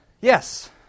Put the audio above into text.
Yes